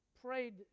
prayed